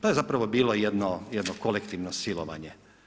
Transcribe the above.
To je zapravo bilo jedno kolektivno silovanje.